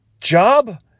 Job